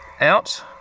out